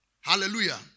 Hallelujah